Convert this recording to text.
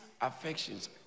affections